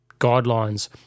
guidelines